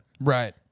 Right